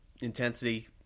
intensity